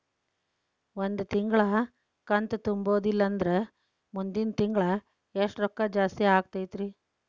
ಒಂದು ತಿಂಗಳಾ ಕಂತು ತುಂಬಲಿಲ್ಲಂದ್ರ ಮುಂದಿನ ತಿಂಗಳಾ ಎಷ್ಟ ರೊಕ್ಕ ಜಾಸ್ತಿ ಆಗತೈತ್ರಿ?